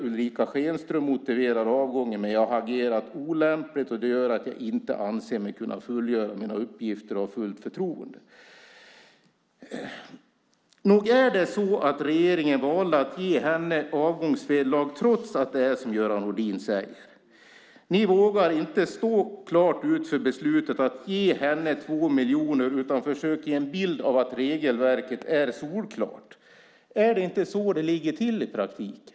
Ulrica Schenström motiverar avgången med detta: Jag har agerat olämpligt och det gör att jag inte anser mig kunna fullgöra mina uppgifter och ha fullt förtroende. Nog är det så att regeringen valde att ge henne ett avgångsvederlag trots att det är som Göran Rodin säger. Ni vågar inte stå fullt ut för beslutet att ge Ulrica Schenström 2 miljoner, utan ni försöker ge en bild av att regelverket är solklart. Är det inte så det ligger till i praktiken?